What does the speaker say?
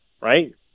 Right